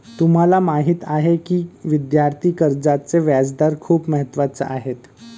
तुम्हाला माहीत आहे का की विद्यार्थी कर्जाचे व्याजदर खूप महत्त्वाचे आहेत?